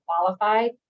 qualified